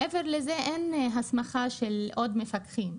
מעבר לזה אין הסמכה של עוד מפקחים.